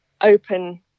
open